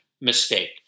mistake